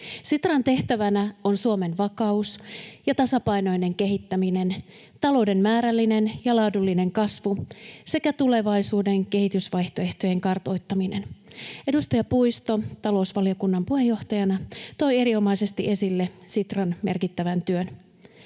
Sitran tehtävänä on Suomen vakaus ja tasapainoinen kehittäminen, talouden määrällinen ja laadullinen kasvu sekä tulevaisuuden kehitysvaihtoehtojen kartoittaminen. Edustaja Puisto talousvaliokunnan puheenjohtajana toi erinomaisesti esille Sitran merkittävän työn.